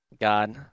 God